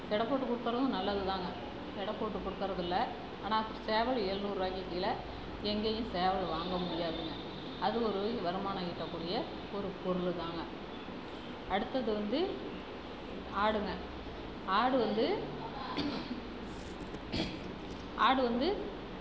எடை போட்டு கொடுக்கறதும் நல்லது தாங்க எடை போட்டுக் கொடுக்கறதில்ல ஆனால் சேவல் ஏழ்நூறுவாய்க்கி கீழே எங்கேயும் சேவல் வாங்க முடியாதுங்க அது ஒரு வருமானம் ஈட்டக்கூடிய ஒரு பொருள் தாங்க அடுத்தது வந்து ஆடுங்க ஆடு வந்து ஆடு வந்து